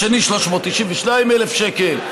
השני 392,000 שקל,